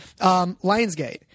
Lionsgate